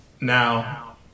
now